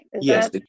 Yes